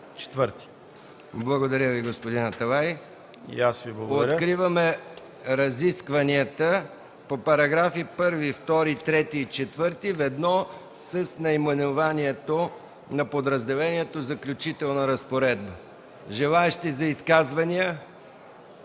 Благодаря Ви, господин Аталай. Откриваме разискванията по параграфи 1, 2, 3 и 4, ведно с наименованието на подразделение „Заключителна разпоредба”. Има ли желаещи за изказвания?